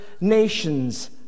nations